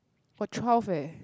for twelve eh